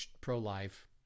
pro-life